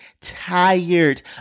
tired